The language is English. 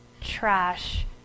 Trash